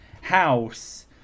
house-